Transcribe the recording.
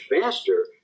faster